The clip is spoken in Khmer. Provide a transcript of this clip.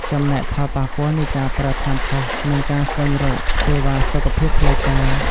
ចំណែកផលប៉ះពាល់នៃការប្រើថ្នាំខុស និងការស្វែងរកសេវាសុខភាពផ្លូវការ។